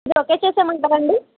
ఇది ఓకే చేసేయమని అంటారా అండి